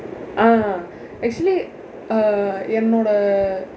ah actually uh என்னோட:ennooda